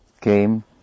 came